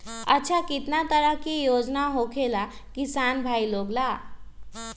अच्छा कितना तरह के योजना होखेला किसान भाई लोग ला?